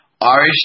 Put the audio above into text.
Irish